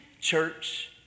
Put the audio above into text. Church